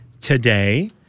today